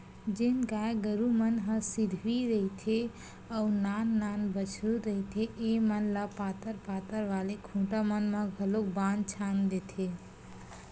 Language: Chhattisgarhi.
जेन गाय गरु मन ह सिधवी रहिथे अउ नान नान बछरु रहिथे ऐमन ल पातर पातर वाले खूटा मन म घलोक बांध छांद देथे